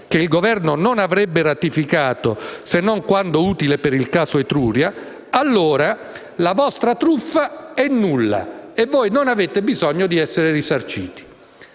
che il Governo non avrebbe ratificato se non quando utile per il caso Etruria, allora, la vostra truffa è nulla e voi non avete bisogno di essere risarciti».